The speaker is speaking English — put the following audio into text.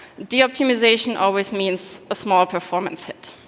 de-optimisation always means a small performance hit.